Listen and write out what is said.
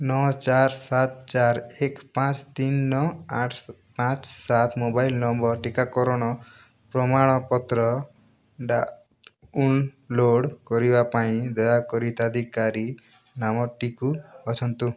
ନଅ ଚାରି ସାତ ଚାରି ଏକ ପାଞ୍ଚ ତିନି ନଅ ଆଠ ପାଞ୍ଚ ସାତ ମୋବାଇଲ୍ ନମ୍ବର୍ ଟିକାକରଣ ପ୍ରମାଣପତ୍ର ଡାଉନଲୋଡ଼୍ କରିବା ପାଇଁ ଦୟାକରି ହିତାଧିକାରୀ ନାମଟିକୁ ବାଛନ୍ତୁ